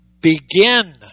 Begin